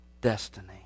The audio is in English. destiny